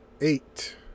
eight